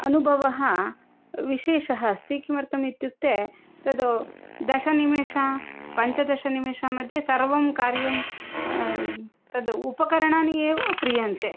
अनुभवः विशेषः अस्ति किमर्थमित्युक्ते तत् दशनिमेषे पञ्चदशनिमेषमध्ये सर्वं कार्यं तत् उपकरणानि एव क्रियन्ते